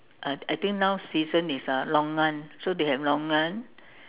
I I think now season is uh longan so they have longan